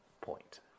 point